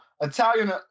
Italian